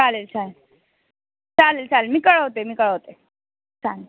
चालेल चालेल चालेल चालेल मी कळवते मी कळवते चालेल